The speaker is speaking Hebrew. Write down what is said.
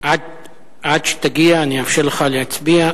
עד שתגיע, אני אאפשר לך להצביע.